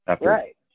Right